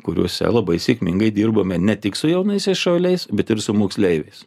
kuriuose labai sėkmingai dirbame ne tik su jaunaisiais šauliais bet ir su moksleiviais